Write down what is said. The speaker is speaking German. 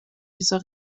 dieser